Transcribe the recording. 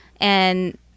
and-